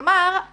כלומר,